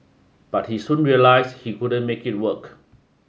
but he soon realised he couldn't make it work